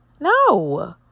No